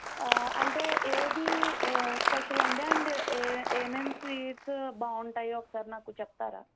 అంటే ఏది స్పెషల్ అండి అండ్ ఏ ఏమేమి స్వీట్సు బాగుంటాయో ఒకసారి నాకు చెప్తారా